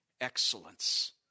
excellence